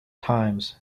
times